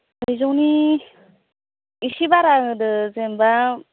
ब्रैजौनि एसे बारा होदो जेनेबा